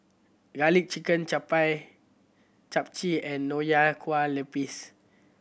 Garlic Chicken chap Chap Chai and Nonya Kueh Lapis